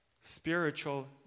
Spiritual